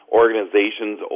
organizations